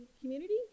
community